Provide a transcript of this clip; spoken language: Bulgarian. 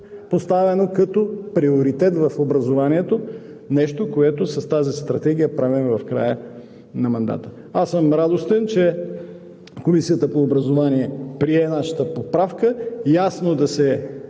поставено като приоритет в образованието, нещо, което с тази стратегия правим в края на мандата. Радостен съм, че Комисията по образование прие нашата поправка ясно да се